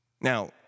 Now